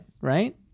right